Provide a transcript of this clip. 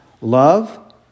love